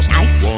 nice